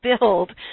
build